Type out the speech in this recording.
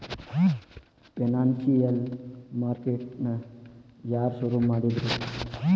Financial market ನ ಯಾರ್ ಶುರುಮಾಡಿದ್ರು?